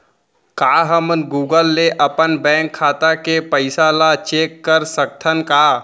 का हमन गूगल ले अपन बैंक खाता के पइसा ला चेक कर सकथन का?